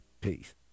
Peace